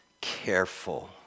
careful